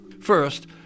First